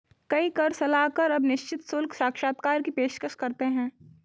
कई कर सलाहकार अब निश्चित शुल्क साक्षात्कार की पेशकश करते हैं